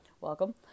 Welcome